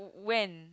when